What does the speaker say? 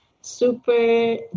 super